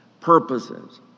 purposes